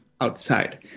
outside